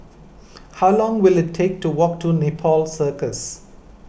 how long will it take to walk to Nepal Circus